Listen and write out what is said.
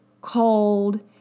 cold